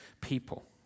people